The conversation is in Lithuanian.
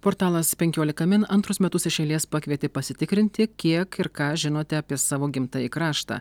portalas penkiolika min antrus metus iš eilės pakvietė pasitikrinti kiek ir ką žinote apie savo gimtąjį kraštą